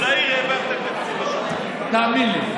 תאמין לי,